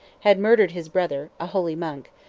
had murdered his brother, a holy monk,